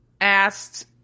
asked